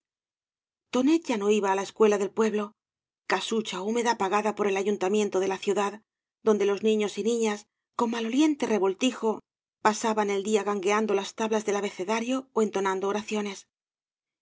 tonet ya no iba á la escuela del pueblo casucha húmeda pagada por el ayuntamiento de la ciudad donde niños y niñas en maloliente revoltijo pasaban el día gangueando las tablas del abecedario ó entonando oraciones